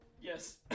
Yes